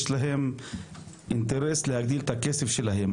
יש להן אינטרס להגדיל את הכסף שלהן,